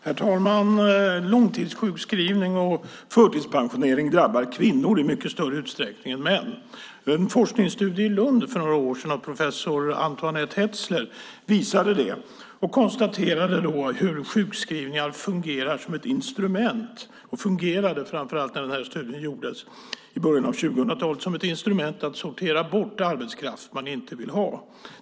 Herr talman! Långtidssjukskrivning och förtidspensionering drabbar kvinnor i mycket större utsträckning än män. En forskningsstudie från Lund som gjordes för några år sedan av professor Antoinette Hetzler visade detta. Hon konstaterade då att sjukskrivningar, när den här studien gjordes i början av 2000-talet, fungerade som ett instrument för att sortera bort arbetskraft som man inte ville ha.